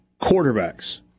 quarterbacks